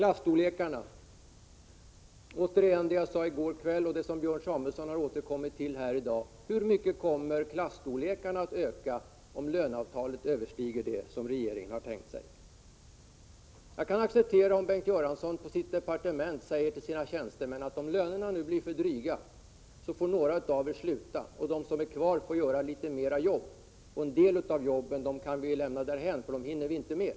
Jag frågade i går kväll, och Björn Samuelson har återkommit till detta i dag: Hur mycket kommer klasstorlekarna att öka, om löneavtalet överstiger vad regeringen har tänkt sig? Jag kan acceptera om Bengt Göransson på sitt departement säger till sina tjänstemän, att om lönerna nu blir för dryga får några av er sluta, och de som blir kvar får göra litet mer. En del av jobben får vi lämna därhän, för dem hinner vi inte med.